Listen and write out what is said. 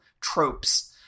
tropes